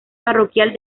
parroquial